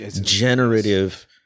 generative